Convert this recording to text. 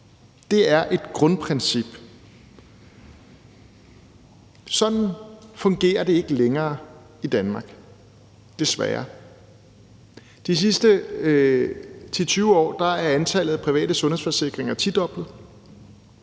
Det er et grundprincip. Sådan fungerer det ikke længere i Danmark, desværre. De sidste 10-20 år er antallet af private sundhedsforsikringer tidoblet,